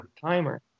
timer